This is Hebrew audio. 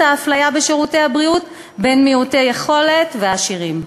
האפליה בשירותי הבריאות בין מעוטי יכולת והעשירים,